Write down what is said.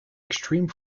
extreme